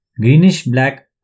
greenish-black